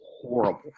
horrible